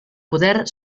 poder